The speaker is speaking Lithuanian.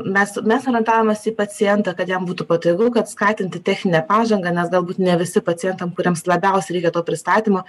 mes mes orientavomės į pacientą kad jam būtų patogu kad skatinti techninę pažangą nes galbūt ne visi pacientam kuriems labiausiai reikia to pristatymo